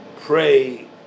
pray